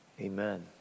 Amen